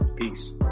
Peace